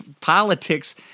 politics